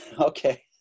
Okay